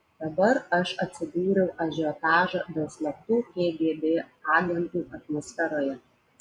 dabar aš atsidūriau ažiotažo dėl slaptų kgb agentų atmosferoje